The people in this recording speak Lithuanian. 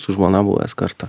su žmona buvęs kartą